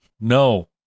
No